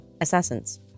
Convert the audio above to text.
Assassins